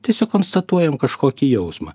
tiesiog konstatuojam kažkokį jausmą